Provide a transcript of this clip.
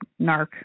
narc